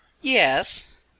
yes